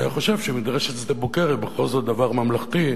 היה חושב שמדרשת שדה-בוקר היא בכל זאת דבר ממלכתי,